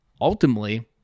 Ultimately